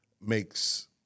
makes